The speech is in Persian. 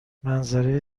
منظره